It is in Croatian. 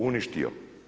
Uništio.